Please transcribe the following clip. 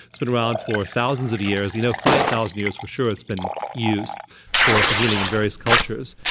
it's been around for thousands of years. we know five thousand years, for sure, it's been used for for healing in various cultures.